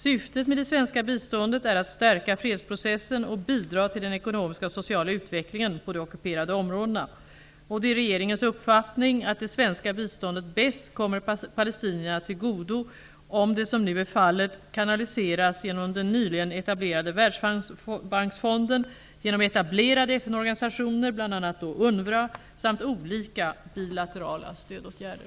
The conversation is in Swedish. Syftet med det svenska biståndet är att stärka fredsprocessen och bidra till den ekonomiska och sociala utvecklingen på de ockuperade områdena. Det är regeringens uppfattning att det svenska biståndet bäst kommer palestinierna till godo om det, som nu är fallet, kanaliseras genom den nyligen etablerade Världsbanksfonden, genom etablerade FN-organisationer, bl.a. UNWRA, samt olika bilaterala stödåtgärder.